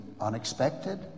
unexpected